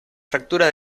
fractura